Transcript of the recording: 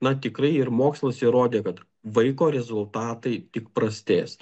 na tikrai ir mokslas įrodė kad vaiko rezultatai tik prastės